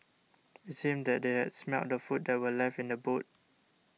it seemed that they had smelt the food that were left in the boot